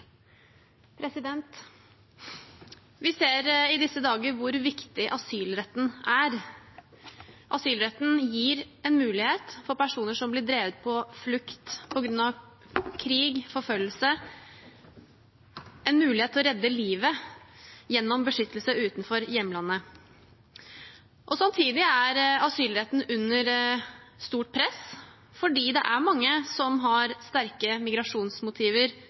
generelt. Vi ser i disse dager hvor viktig asylretten er. Asylretten gir personer som blir drevet på flukt på grunn av krig og forfølgelse, en mulighet til å redde livet gjennom beskyttelse utenfor hjemlandet. Samtidig er asylretten under stort press, fordi det er mange som har sterke migrasjonsmotiver